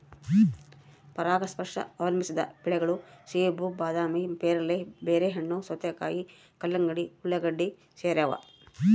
ಪರಾಗಸ್ಪರ್ಶ ಅವಲಂಬಿಸಿದ ಬೆಳೆಗಳು ಸೇಬು ಬಾದಾಮಿ ಪೇರಲೆ ಬೆರ್ರಿಹಣ್ಣು ಸೌತೆಕಾಯಿ ಕಲ್ಲಂಗಡಿ ಉಳ್ಳಾಗಡ್ಡಿ ಸೇರವ